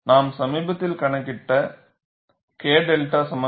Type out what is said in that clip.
நாம் சமீபத்தில் கணக்கிட்ட K 𝛅 சமன்பாடு